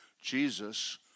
Jesus